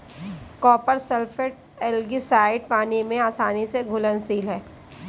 copper sulphate algicide पानी में आसानी से घुलनशील है